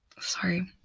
sorry